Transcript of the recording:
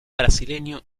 brasileño